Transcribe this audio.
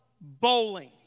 Bowling